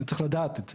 וצריך לדעת את זה.